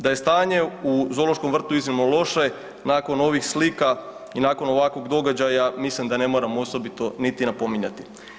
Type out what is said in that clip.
Da je stanje u zoološkom vrtu iznimno loše nakon ovih slika i nakon ovakvog događaja mislim da ne moram osobito niti napominjati.